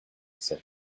said